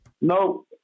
No